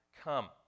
come